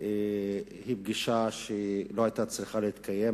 פגישה שלא היתה צריכה להתקיים.